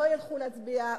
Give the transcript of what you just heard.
לא ילכו להצביע,